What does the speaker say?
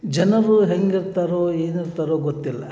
ಜನರು ಹೇಗಿರ್ತಾರೋ ಏನಿರ್ತಾರೊ ಗೊತ್ತಿಲ್ಲ